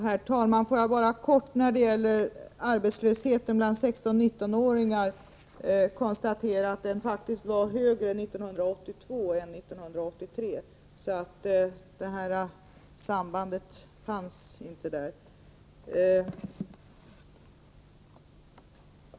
Herr talman! Får jag när det gäller arbetslösheten bland 16-19-åringar bara i korthet konstatera att denna faktiskt var högre 1982 än 1983. Detta samband fanns alltså inte.